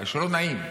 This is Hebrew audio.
שלא נעים.